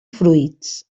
fruits